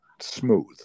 smooth